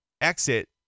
exit